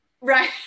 right